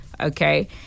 Okay